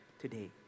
today